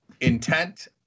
intent